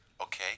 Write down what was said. Okay